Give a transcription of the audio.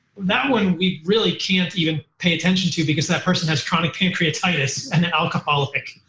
that one we really can't even pay attention to because that person has chronic pancreatitis and an alcoholic.